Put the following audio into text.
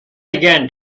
again